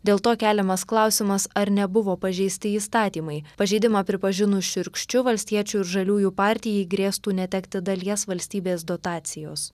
dėl to keliamas klausimas ar nebuvo pažeisti įstatymai pažeidimą pripažinus šiurkščiu valstiečių ir žaliųjų partijai grėstų netekti dalies valstybės dotacijos